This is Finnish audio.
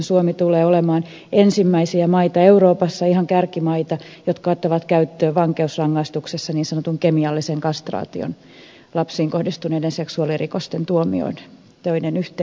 suomi tulee olemaan ensimmäisiä maita euroopassa ihan kärkimaita joka ottaa käyttöön vankeusrangaistuksena niin sanotun kemiallisen kastraation lapsiin kohdistuneiden seksuaalirikosten tuomioiden yhteydessä